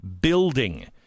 building